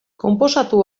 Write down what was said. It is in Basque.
konposatu